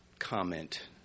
comment